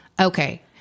Okay